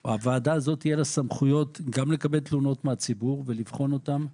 או שלוועדה הזו יהיו סמכויות גם לקבל תלונות מהציבור ולבחון אותן,